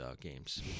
games